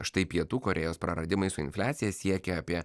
štai pietų korėjos praradimai su infliacija siekia apie